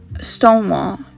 Stonewall